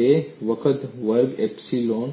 2 વખત વર્ગ એપ્સીલોન